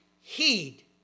heed